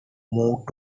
moved